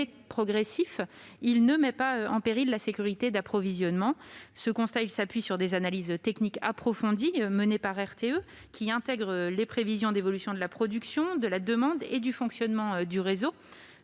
progressif et qui ne met pas en péril la sécurité de l'approvisionnement. Il s'agit d'un constat appuyé sur des analyses techniques approfondies menées par RTE, intégrant les prévisions d'évolution de la production, de la demande et du fonctionnement du réseau.